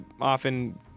often